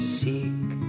seek